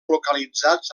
localitzats